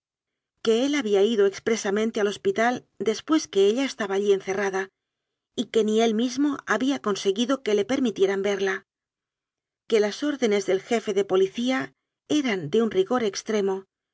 que él había ido expre samente al hospital después que ella estaba allí encerrada y que ni él mismo había conseguido que le permitieran verla que las órdenes del jefe de policía eran de un rigor extremo